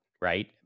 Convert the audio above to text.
right